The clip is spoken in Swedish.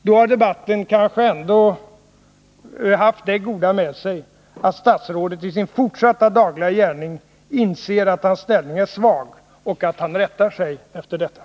Då har debatten kanske ändå haft det goda med sig att statsrådet i sin fortsatta dagliga gärning inser att hans ställning är svag och att han rättar sig därefter.